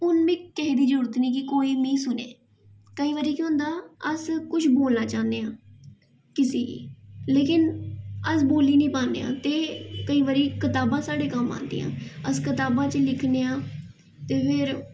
हून मिगी केह् दी जरूरत नीं कि कोई मिगी सुने केह् होंदा अस कुछ बोलना चाह्नेआं किसेगी लेकिन अस बोल्ली नीं पानेआं एह् केई बारी कताबां साढ़े कम्म आंदियां ते अस कताबां जे लिखनेआं ते फिर